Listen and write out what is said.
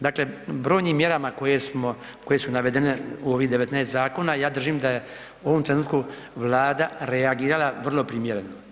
Dakle, brojnim mjerama koje smo, koje su navedene u ovih 19 zakona ja držim da je u ovom trenutku Vlada reagirala vrlo primjerno.